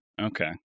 Okay